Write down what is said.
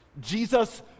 Jesus